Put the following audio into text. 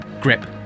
Grip